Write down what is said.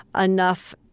enough